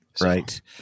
Right